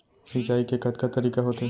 सिंचाई के कतका तरीक़ा होथे?